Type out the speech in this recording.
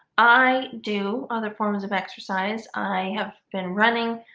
i do other forms of exercise i have been running?